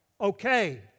okay